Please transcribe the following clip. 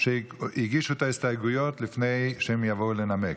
שהגישו את ההסתייגויות לפני שהם יבואו לנמק: